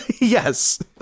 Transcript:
yes